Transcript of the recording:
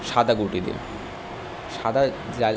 সাদা গুটি দিয়ে সাদা যার